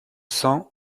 cents